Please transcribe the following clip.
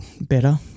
better